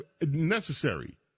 necessary